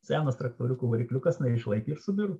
senas traktoriuko varikliukas neišlaikė ir subiro